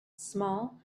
small